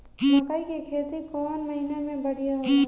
मकई के खेती कौन महीना में बढ़िया होला?